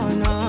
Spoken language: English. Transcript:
no